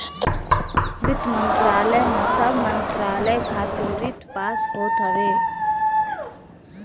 वित्त मंत्रालय में सब मंत्रालय खातिर वित्त पास होत हवे